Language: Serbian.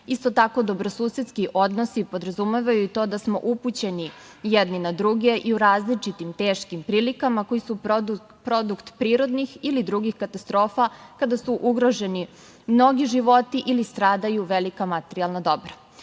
Isto tako, dobrosusedski odnosi podrazumevaju i to da smo upućeni jedni na druge i u različitim teškim prilikama koji su produkt prirodnih ili drugih katastrofa kada su ugroženi mnogi životi ili stradaju velika materijalna dobra. Ovakvi